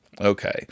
Okay